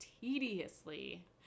Tediously